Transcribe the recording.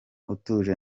utuje